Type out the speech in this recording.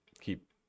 keep